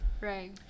Right